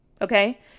Okay